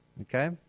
Okay